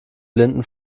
blinden